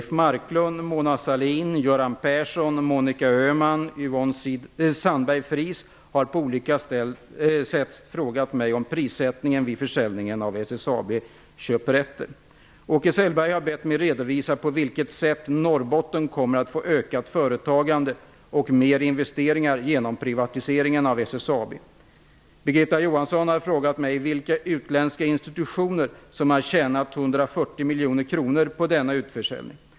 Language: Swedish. Fries har på olika sätt frågat mig om prissättningen vid försäljningen av SSAB-optioner. Åke Selberg har bett mig redovisa på vilket sätt Norrbotten kommer att få ökat företagande och mer investeringar genom privatiseringen av SSAB. Birgitta Johansson har frågat mig vilka utländska institutioner som har tjänat 140 miljoner kronor på denna utförsäljning.